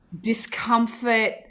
discomfort